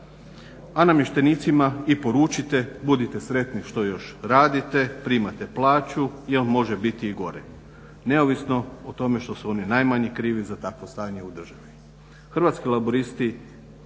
A namještenicima i poručite budite sretni što još radite, primate plaću jel može biti i gore, neovisno o tome što su oni najmanje krivi za takvo stanje u državi. Hrvatski laburisti